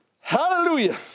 Hallelujah